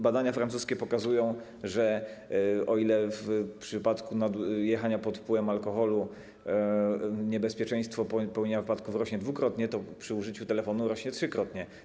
Badania francuskie pokazują, że o ile w przypadku jazdy pod wpływem alkoholu niebezpieczeństwo popełnienia wypadków rośnie dwukrotnie, o tyle przy użyciu telefonu rośnie trzykrotnie.